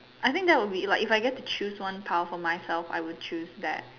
I think that will be like if I get to choose one power for myself I will choose that